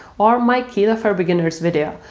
or my keto for beginners video,